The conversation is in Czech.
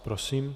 Prosím.